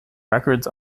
records